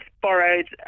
borrowed